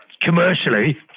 commercially